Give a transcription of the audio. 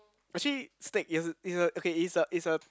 actually stake is is a okay is a is a